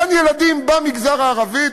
בגן-ילדים במגזר הערבי.